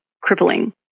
crippling